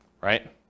right